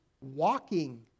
walking